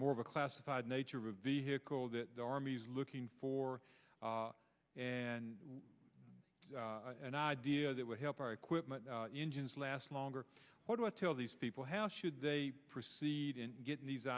more of a classified nature of a vehicle that the army is looking for and an idea that would help our equipment engines last longer what about tell these people how should they proceed in getting these